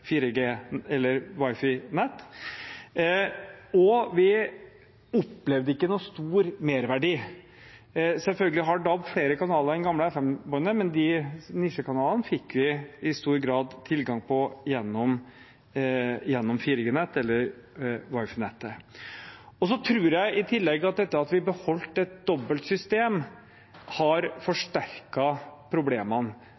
eller Wi-Fi-nett. Og vi opplevde ikke noen stor merverdi. Selvfølgelig har DAB flere kanaler enn det gamle FM-båndet, men de nisjekanalene fikk vi i stor grad tilgang til gjennom 4G-nettet eller Wi-Fi-nettet. Jeg tror i tillegg at det at vi beholdt et dobbelt system, har